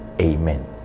Amen